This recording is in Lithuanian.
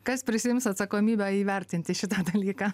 kas prisiims atsakomybę įvertinti šitą dalyką